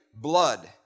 Blood